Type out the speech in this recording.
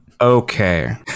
Okay